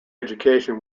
education